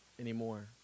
Anymore